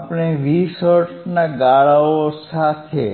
આપણે 20 હર્ટ્ઝના ગાળાઓ સાથે